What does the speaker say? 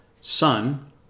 Son